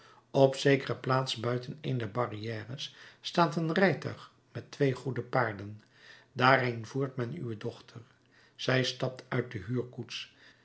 op zekere plaats buiten een der barrières staat een rijtuig met twee goede paarden daarheen voert men uwe dochter zij stapt uit de